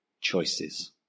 choices